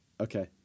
Okay